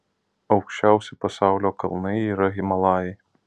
aukščiausi pasaulio kalnai yra himalajai